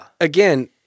Again